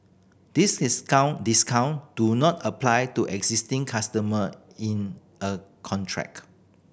these discount discount do not apply to existing customer in a contract